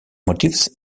motifs